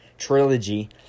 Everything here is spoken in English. Trilogy